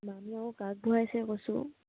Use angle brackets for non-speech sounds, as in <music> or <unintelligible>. <unintelligible>